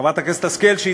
חברת הכנסת השכל,